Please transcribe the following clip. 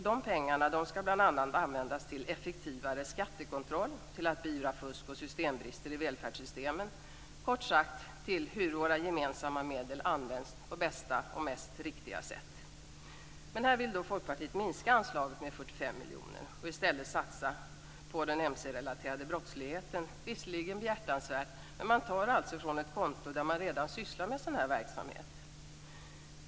De pengarna skall bl.a. användas till effektivare skattekontroll och till att beivra fusk och systembrister i välfärdssystemen - kort sagt till att våra gemensamma medel används på bästa och mest riktiga sätt. Här vill Folkpartiet minska anslaget med 45 miljoner och i stället satsa på den mc-relaterade brottsligheten. Det är visserligen behjärtansvärt, men man tar pengar från ett konto som redan bekostar sådan verksamhet.